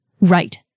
Right